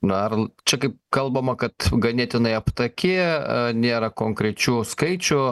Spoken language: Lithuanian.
na ar čia kaip kalbama kad ganėtinai aptaki nėra konkrečių skaičių